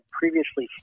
previously